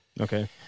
Okay